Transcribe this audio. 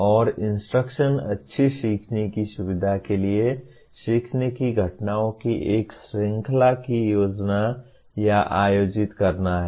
और इंस्ट्रक्शन अच्छी सीखने की सुविधा के लिए सीखने की घटनाओं की एक श्रृंखला की योजना या आयोजित करना है